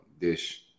dish